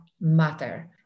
matter